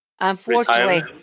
Unfortunately